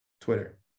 Twitter